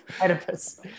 Oedipus